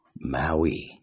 Maui